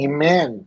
Amen